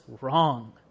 wrong